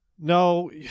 no